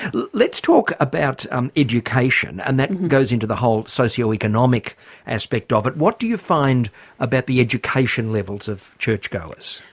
let's talk about um education, and that goes into the whole socio-economic aspect of it. what do you find about the education levels of churchgoers?